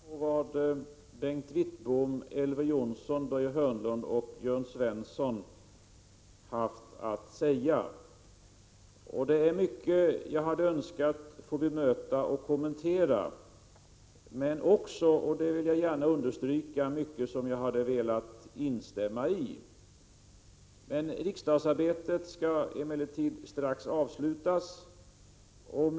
Herr talman! Jag har med mycket stort intresse lyssnat på vad Bengt Wittbom, Elver Jonsson, Börje Hörnlund och Jörn Svensson haft att säga. Det är mycket jag hade önskat att få bemöta och kommentera men också, och det vill jag gärna understryka, mycket som jag hade velat instämma i. Riksdagsarbetet skall emellertid strax avslutas för dagen.